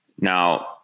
Now